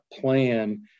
plan